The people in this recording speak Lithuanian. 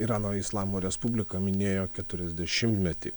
irano islamo respublika minėjo keturiasdešimtmetį